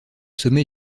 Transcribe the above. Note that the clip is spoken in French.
sommet